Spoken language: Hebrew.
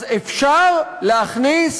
אז אפשר להכניס